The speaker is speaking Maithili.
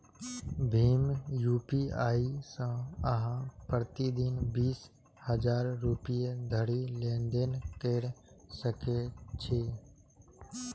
भीम यू.पी.आई सं अहां प्रति दिन बीस हजार रुपैया धरि लेनदेन कैर सकै छी